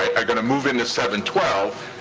are gonna move into seven twelve.